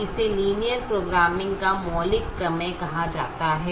तो इसे linear programming का मौलिक प्रमेय कहा जाता है